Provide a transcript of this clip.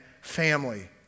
family